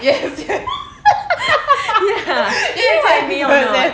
dhira do you know what I mean or not